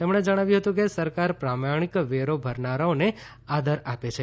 તેમણે જણાવ્યું હતું કે સરકાર પ્રામાણિક વેરો ભરનારાઓને આદર આપે છે